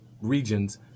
regions